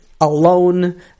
alone